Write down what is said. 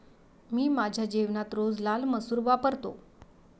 मी माझ्या जेवणात रोज लाल मसूर वापरतो